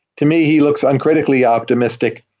to me, he looks uncritically optimistic,